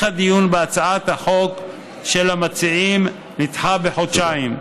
הדיון בהצעת החוק של המציעים יידחה בחודשיים.